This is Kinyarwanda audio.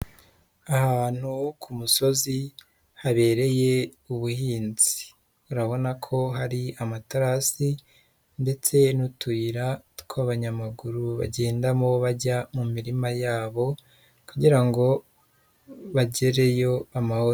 Ahantu ho ku musozi habereye ubuhinz, urabona ko hari amatarasi ndetse n'utuyira tw'abanyamaguru bagendamo bajya mu mirima yabo kugira ngo bagereyo amahoro.